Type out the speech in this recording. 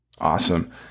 Awesome